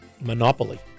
monopoly